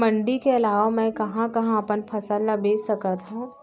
मण्डी के अलावा मैं कहाँ कहाँ अपन फसल ला बेच सकत हँव?